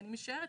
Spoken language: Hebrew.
אני משערת,